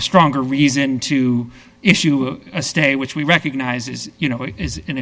stronger reason to issue a stay which we recognize as you know it is an